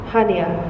Hania